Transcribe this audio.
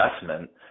investment